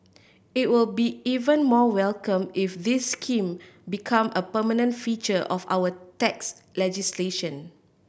it will be even more welcome if this scheme become a permanent feature of our tax legislation